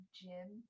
gym